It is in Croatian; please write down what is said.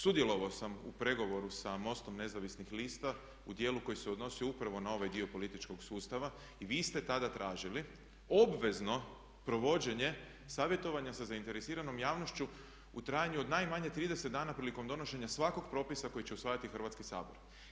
Sudjelovao sam u pregovoru sa MOST-om nezavisnih lista u dijelu koji se odnosio upravo na ovaj dio političkog sustava i vi ste tada tražili obvezno provođenje savjetovanja sa zainteresiranom javnošću u trajanju od najmanje 30 dana prilikom donošenja svakog propisa koji će usvajati Hrvatski sabor.